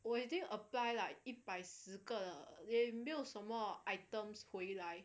我已经 apply like 一百十个也没有什么 items 回来